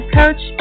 coach